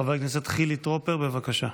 חבר הכנסת חילי טרופר, בבקשה.